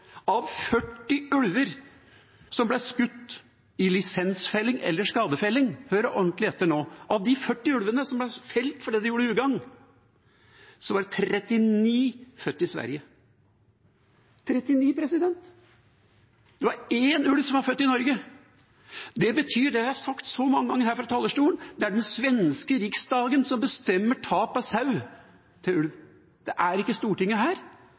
Av 40 ulver som ble skutt i lisensfelling eller skadefelling, som ble felt fordi de gjorde ugagn, var 39 født i Sverige. Det var én ulv som var født i Norge. Det betyr, og det har jeg sagt mange ganger her fra talerstolen, at det er den svenske Riksdagen som bestemmer tap av sau til ulv, det er ikke Stortinget.